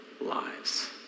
lives